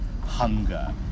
hunger